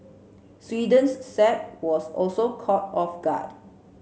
Sweden's Saab was also caught off guard